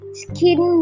skin